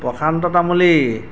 Prashanta Tamuli